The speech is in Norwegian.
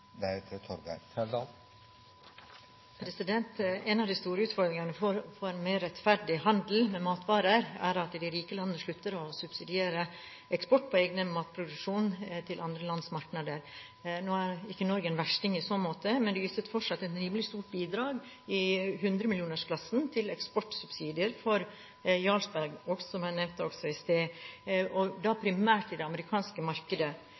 at de rike landene slutter å subsidiere eksport av egen matproduksjon til andre lands markeder. Nå er ikke Norge en versting i så måte, men de yter fortsatt et rimelig stort bidrag, i hundremillionersklassen, til eksportsubsidier for Jarlsbergost, som jeg også nevnte i sted, og da primært til det amerikanske markedet.